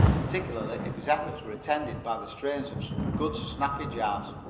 particularly if his efforts were attended by the strains of some good, snappy jazz.